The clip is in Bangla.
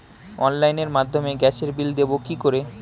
অনলাইনের মাধ্যমে গ্যাসের বিল দেবো কি করে?